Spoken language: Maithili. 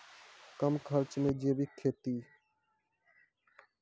कम खर्च मे जैविक खेती?